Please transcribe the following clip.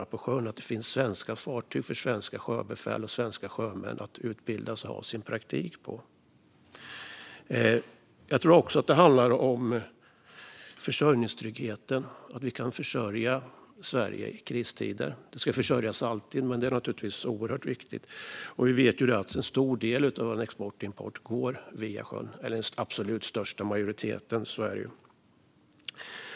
Det handlar om att det ska finnas svenska fartyg där svenska sjöbefäl och svenska sjömän kan utbildas och ha sin praktik. Jag tror också att det handlar om försörjningstryggheten, att vi ska kunna försörja Sverige även i kristider. Det är naturligtvis oerhört viktigt. Vi vet att den absolut största delen av exporten och importen går via sjön. Så är det.